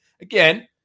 again